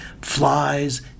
flies